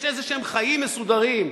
יש איזה חיים מסודרים,